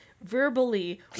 verbally